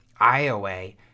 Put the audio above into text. IOA